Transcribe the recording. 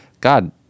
God